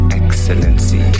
excellency